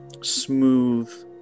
smooth